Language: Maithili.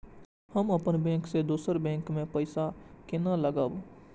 हम अपन बैंक से दोसर के बैंक में पैसा केना लगाव?